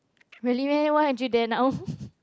really meh why aren't you there now